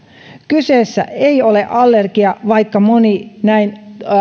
kyseessä ei ole allergia vaikka moni näin